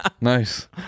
Nice